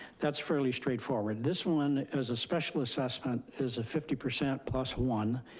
that's fairly straightforward. this one is a special assessment, is a fifty percent plus one.